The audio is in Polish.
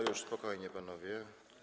Już spokojnie, panowie.